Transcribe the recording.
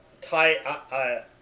tie